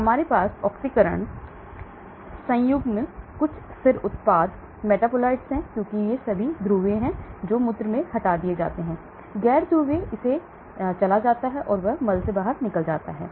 तो हमारे पास ऑक्सीकरण संयुग्मन कुछ स्थिर उत्पाद मेटाबोलाइट्स हैं क्योंकि ये सभी ध्रुवीय हैं जो मूत्र में हटा दिए जाते हैं गैर ध्रुवीय इसे चला जाता है यह मल में निकल जाएगा